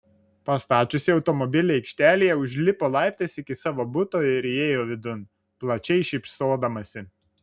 pastačiusi automobilį aikštelėje užlipo laiptais iki savo buto ir įėjo vidun plačiai šypsodamasi